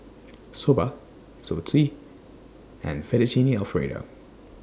Soba Zosui and Fettuccine Alfredo